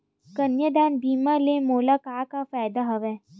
कन्यादान बीमा ले मोला का का फ़ायदा हवय?